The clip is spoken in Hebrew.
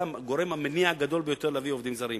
זה הגורם המניע הגדול ביותר להביא עובדים זרים.